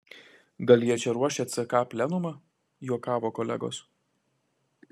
gal jie čia ruošia ck plenumą juokavo kolegos